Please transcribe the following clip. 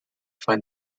find